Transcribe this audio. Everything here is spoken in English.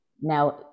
Now